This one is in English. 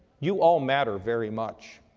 you all matter very much.